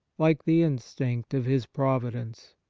like the instinct of his providence.